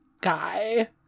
guy